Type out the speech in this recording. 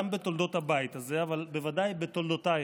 גם בתולדות הבית הזה אבל בוודאי בתולדותייך.